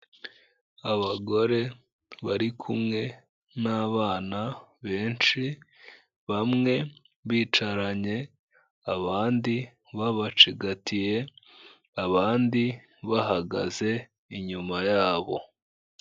Abagore bari kumwe n'abana benshi, bamwe bicaranye, abandi babacigatiye, abandi bahagaze, inyuma yabo.